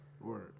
Word